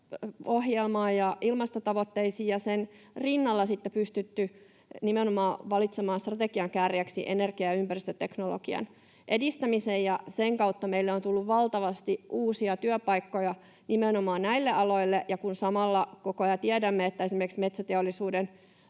ilmasto-ohjelmaan ja ilmastotavoitteisiin ja sen rinnalla sitten pystytty nimenomaan valitsemaan strategian kärjeksi energia- ja ympäristöteknologian edistäminen. Sen kautta meille on tullut valtavasti uusia työpaikkoja nimenomaan näille aloille, ja kun samalla koko ajan tiedämme, että esimerkiksi metsäteollisuuden